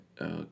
Okay